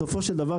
בסופו של דבר,